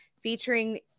featuring